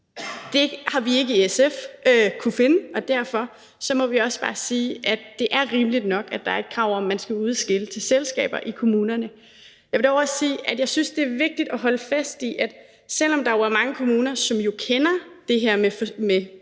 Det har vi i SF ikke kunnet finde, og derfor må vi også bare sige, at det er rimeligt nok, at der er et krav om, at man skal udskille til selskaber i kommunerne. Jeg vil dog også sige, at jeg synes, det er vigtigt at holde fast i, at selv om der er mange kommuner, som jo kender til det her med virksomheder